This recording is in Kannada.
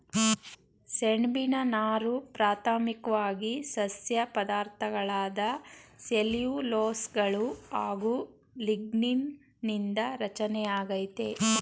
ಸೆಣ್ಬಿನ ನಾರು ಪ್ರಾಥಮಿಕ್ವಾಗಿ ಸಸ್ಯ ಪದಾರ್ಥಗಳಾದ ಸೆಲ್ಯುಲೋಸ್ಗಳು ಹಾಗು ಲಿಗ್ನೀನ್ ನಿಂದ ರಚನೆಯಾಗೈತೆ